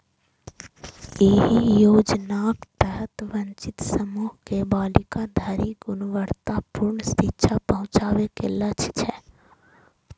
एहि योजनाक तहत वंचित समूह के बालिका धरि गुणवत्तापूर्ण शिक्षा पहुंचाबे के लक्ष्य छै